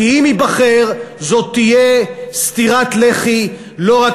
כי אם ייבחר זו תהיה סטירת לחי לא רק